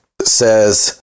says